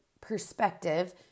perspective